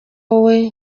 wowe